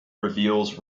reveals